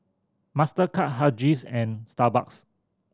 Mastercard Huggies and Starbucks